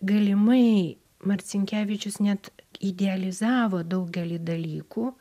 galimai marcinkevičius net idealizavo daugelį dalykų